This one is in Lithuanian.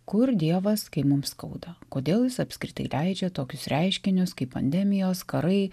kur dievas kai mums skauda kodėl jis apskritai leidžia tokius reiškinius kaip pandemijos karai